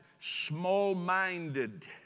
small-minded